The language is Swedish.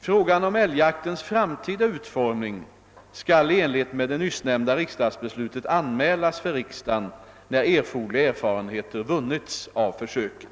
Frågan om äigjaktens framtida ut: formning skall i enlighet med det nyssnämnda riksdagsbeslutet anmälas för riksdagen när erforderliga er! farenheter vunnits av försöken.